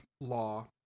law